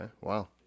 Wow